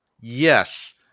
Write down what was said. Yes